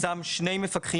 ושם עליה שני מפקחים,